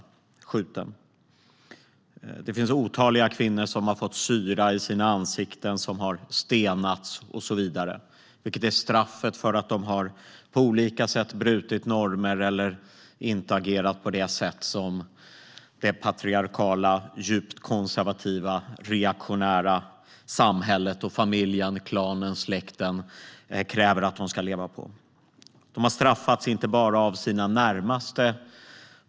Hon blev skjuten. Det finns otaliga kvinnor som har fått syra i sina ansikten, som har stenats och så vidare. Det är straffet för att de på olika sätt har brutit mot normer eller inte agerat på det sätt som det patriarkala, djupt konservativa och reaktionära samhället - och familjen, klanen och släkten - kräver att de ska leva på. De har inte bara straffats av sina närmaste.